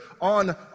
on